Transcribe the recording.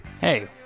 Hey